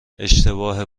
اشتباه